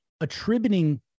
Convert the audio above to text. attributing